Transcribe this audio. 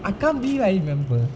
I can't be what I remember